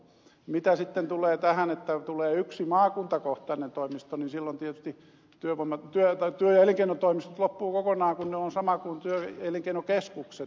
mitä sitten tulee tähän että tulee yksi maakuntakohtainen toimisto niin silloin tietysti työ ja elinkeinotoimistot loppuvat kokonaan kun ne ovat sama kuin työ ja elinkeinokeskukset